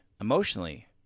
emotionally